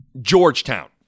Georgetown